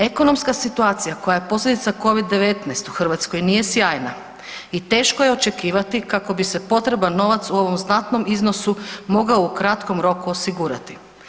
Ekonomska situacija koja je posljedica covid 19 u Hrvatskoj nije sjajna i teško je očekivati kako bi se potreban novac u ovom znatnom iznosu mogao u kratkom roku osigurati.